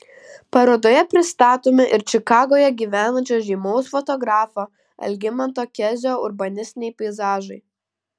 parodoje pristatomi ir čikagoje gyvenančio žymaus fotografo algimanto kezio urbanistiniai peizažai